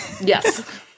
yes